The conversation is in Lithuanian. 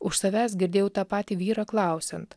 už savęs girdėjau tą patį vyrą klausiant